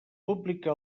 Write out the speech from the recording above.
pública